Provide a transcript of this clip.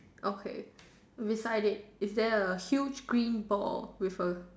okay beside it is there a huge green ball with a